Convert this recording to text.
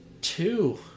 two